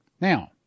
Now